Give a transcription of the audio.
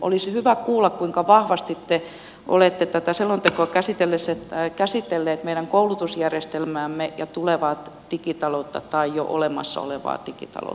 olisi hyvä kuulla kuinka vahvasti te olette tätä selontekoa käsitellessänne käsitelleet meidän koulutusjärjestelmäämme ja tulevaa digitaloutta tai jo olemassa olevaa digitaloutta